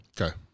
Okay